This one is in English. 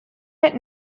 had